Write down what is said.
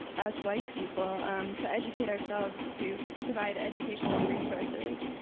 ask white people to educate ourselves, to provide educational resources?